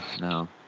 No